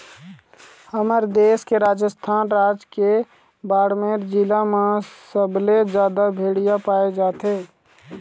हमर देश के राजस्थान राज के बाड़मेर जिला म सबले जादा भेड़िया पाए जाथे